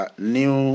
new